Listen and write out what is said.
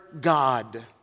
God